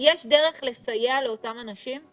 יש דרך לסייע לאותם אנשים?